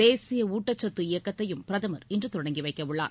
தேசிய ஊட்டச்சத்து இயக்கத்தையும் பிரதமர் இன்று தொடங்கி வைக்கவுள்ளார்